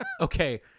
okay